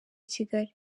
kigali